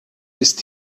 ist